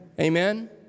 Amen